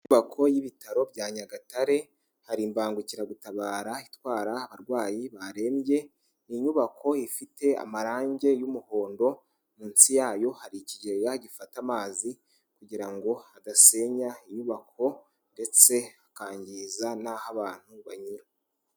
Inyubako y'ibitaro bya Nyagatare hari imbangukiragutabara itwara abarwayi barembye, iyo nyubako ifite amarangi y'umuhondo, munsi yayo hari ikigeya gifata amazi kugira ngo adasenya inyubako ndetse akangiza n'aho abantu banyura.